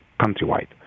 countrywide